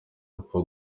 apfa